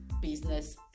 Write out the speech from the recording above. business